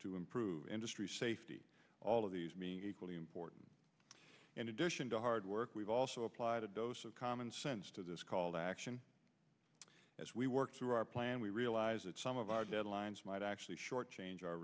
to improve industry safety all of these mean equally important in addition to hard work we've also applied a dose of common sense to this call to action as we work through our plan we realize that some of our deadlines might actually short change our